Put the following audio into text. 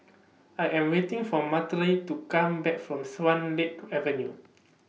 I Am waiting For to Come Back from Swan Lake Avenue